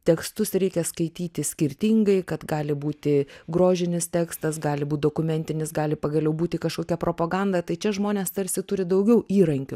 tekstus reikia skaityti skirtingai kad gali būti grožinis tekstas gali būt dokumentinis gali pagaliau būti kažkokia propaganda tai čia žmonės tarsi turi daugiau įrankių